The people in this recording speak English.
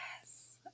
Yes